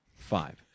five